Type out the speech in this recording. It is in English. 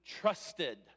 trusted